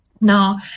Now